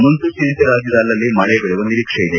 ಮುನ್ಸೂಚನೆಯಂತೆ ರಾಜ್ಯದ ಅಲ್ಲಲ್ಲಿ ಮಳೆ ಬೀಳುವ ನಿರೀಕ್ಷೆ ಇದೆ